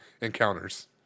encounters